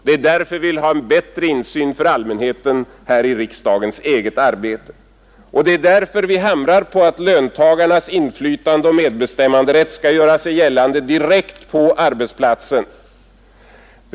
Det är därför vi vill ha en bättre insyn för allmänheten här i riksdagens eget arbete. Det är även därför vi hamrar på om att löntagarnas inflytande och medbestämmanderätt skall göra sig gällande direkt på arbetsplatsen.